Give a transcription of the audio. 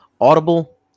Audible